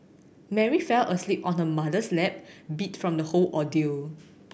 Mary fell asleep on her mother's lap beat from the whole ordeal